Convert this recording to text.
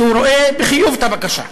שהוא רואה בחיוב את הבקשה.